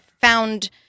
found